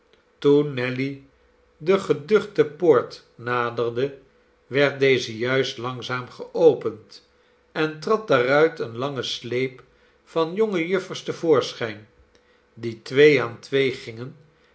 nelly de geduchte poort naderde werd deze juist langzaam geopend en trad daaruit een lange sleep van jonge juffers te voorschijn die twee aan twee gingen